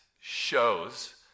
shows